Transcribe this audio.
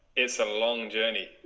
it's a long journey